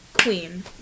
Queen